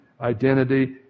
identity